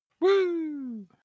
Woo